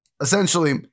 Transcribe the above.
essentially